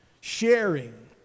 sharing